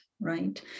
right